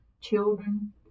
children